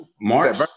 March